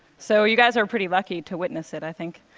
so you guys are pretty lucky to witness it, i think.